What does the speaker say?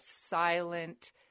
silent